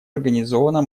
организовано